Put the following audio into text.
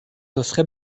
نسخه